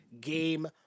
game